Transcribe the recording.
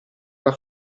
alla